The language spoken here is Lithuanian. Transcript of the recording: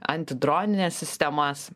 antidronines sistemas